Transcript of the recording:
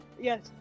Yes